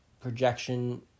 projection